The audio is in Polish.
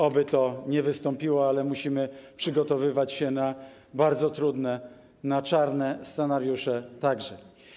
Oby to nie wystąpiło, ale musimy przygotowywać się na bardzo trudne sytuacje, na czarne scenariusze także.